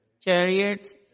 chariots